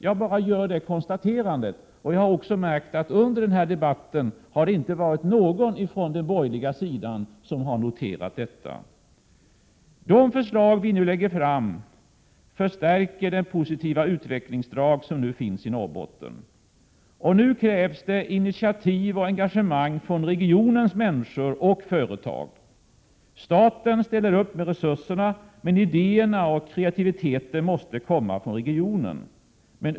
Jag gör bara det konstaterandet, och jag har också märkt att under denna debatt ingen på den borgerliga sidan har noterat det här. De förslag vi nu lägger fram förstärker det positiva utvecklingsdrag som i dag finns i Norrbotten. Och nu krävs det initiativ och engagemang från regionens människor och företag. Staten ställer upp med resurserna, men idéerna och kreativiteten måste komma från regionen.